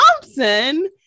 Thompson